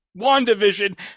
WandaVision